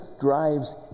drives